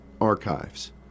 archives